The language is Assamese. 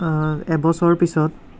এবছৰৰ পিছত